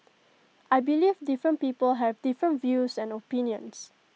I believe different people have different views and opinions